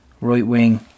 right-wing